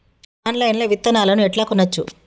Online లా విత్తనాలను ఎట్లా కొనచ్చు?